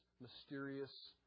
mysterious